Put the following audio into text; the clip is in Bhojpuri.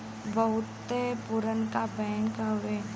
बहुते पुरनका बैंक हउए